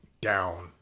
down